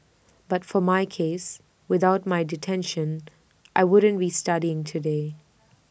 but for my case without my detention I wouldn't be studying today